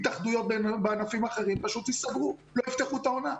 התאחדויות בענפים אחרים פשוט ייסגרו ולא יפתחו את העונה.